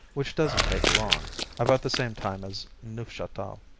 which doesn't take long about the same time as neufchatel.